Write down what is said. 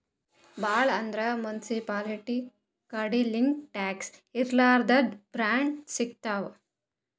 ಭಾಳ್ ಅಂದ್ರ ಮುನ್ಸಿಪಾಲ್ಟಿ ಕಡಿಲಿಂತ್ ಟ್ಯಾಕ್ಸ್ ಇರ್ಲಾರ್ದ್ ಬಾಂಡ್ ಸಿಗ್ತಾವ್